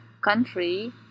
country